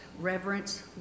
reverence